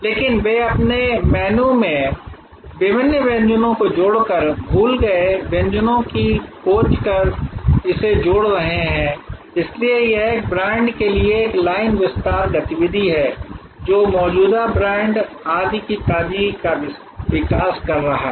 लेकिन वे अपने मेनू में विभिन्न व्यंजनों को जोड़कर भूल गए व्यंजनों की खोज कर इसे जोड़ रहे हैं इसलिए यह एक ब्रांड के लिए एक लाइन विस्तार गतिविधि है जो मौजूदा ब्रांड आदि की ताजगी का विकास कर रहा है